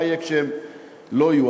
מה יהיה כשהם לא יהיו?